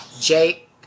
Jake